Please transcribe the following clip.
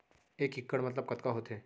एक इक्कड़ मतलब कतका होथे?